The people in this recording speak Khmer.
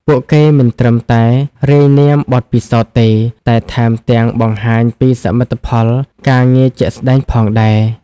ពួកគេមិនត្រឹមតែរាយនាមបទពិសោធន៍ទេ តែថែមទាំងបង្ហាញពីសមិទ្ធផលការងារជាក់ស្តែងផងដែរ។